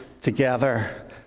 together